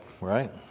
right